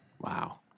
Wow